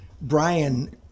Brian